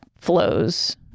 flows